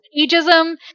ageism